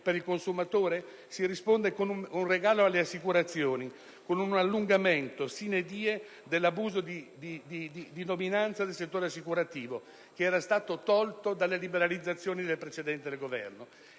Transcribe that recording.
per il consumatore? Si risponde con un regalo alle assicurazioni, con un allungamento *sine die* dell'abuso di dominanza del settore assicurativo, che era stato tolto dalle liberalizzazioni del precedente Governo.